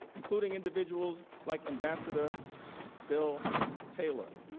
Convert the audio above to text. including individuals like ambassador bill taylor.